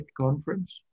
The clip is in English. conference